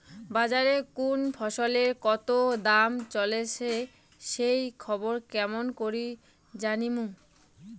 বাজারে কুন ফসলের কতো দাম চলেসে সেই খবর কেমন করি জানীমু?